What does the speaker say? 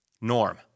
norm